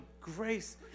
grace